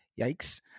Yikes